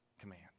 command